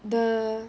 the